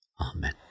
Amen